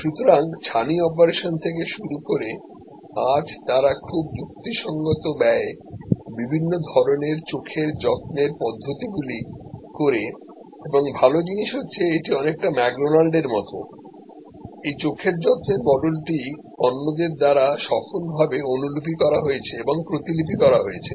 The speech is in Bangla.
সুতরাং ছানি অপারেশন থেকে শুরু করে আজ তারা খুব যুক্তিসঙ্গত ব্যয়ে বিভিন্ন ধরণের চোখের যত্নের পদ্ধতিগুলি করে এবং ভাল জিনিস হচ্ছে এটি অনেকটা ম্যাকডোনাল্ডের মতো এই চোখের যত্নের মডেলটি অন্যদের দ্বারা সফলভাবে অনুলিপি করা হয়েছে এবং প্রতিলিপি করা হয়েছে